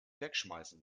wegschmeißen